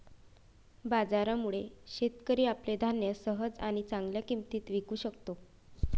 बाजारामुळे, शेतकरी आपले धान्य सहज आणि चांगल्या किंमतीत विकू शकतो